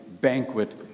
banquet